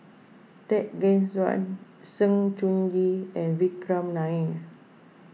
Tan Gek Suan Sng Choon Yee and Vikram Nair